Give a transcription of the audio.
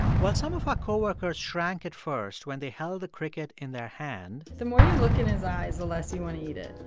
while some of our co-workers shrank at first when they held the cricket in their hand. the more you look in his eyes, the less you want to eat it.